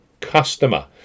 customer